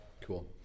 Cool